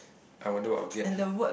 I wonder I will get